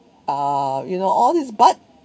uh you know all these but